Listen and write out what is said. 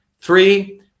Three